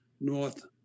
north